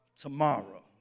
Tomorrow